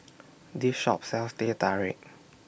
This Shop sells Teh Tarik